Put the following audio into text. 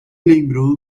lembrou